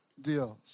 deals